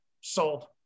sold